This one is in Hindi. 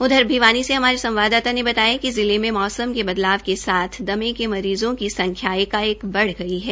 उधर भिावनी से हमारे संवाददाता ने बताया कि जिले मे मौसम के बदलाव के साथ दमें की मरीज़ो की संख्या एकाएक बढ़ गई है